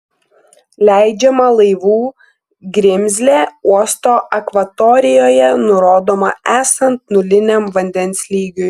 leidžiama laivų grimzlė uosto akvatorijoje nurodoma esant nuliniam vandens lygiui